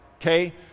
okay